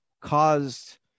caused